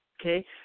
okay